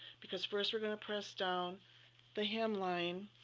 because first we're going to press down the hem line